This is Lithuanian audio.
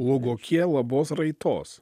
lūguokie labos raitos